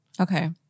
Okay